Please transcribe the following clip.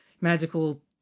magical